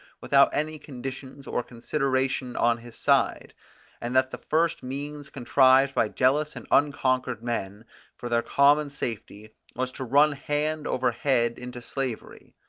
without any conditions or consideration on his side and that the first means contrived by jealous and unconquered men for their common safety was to run hand over head into slavery.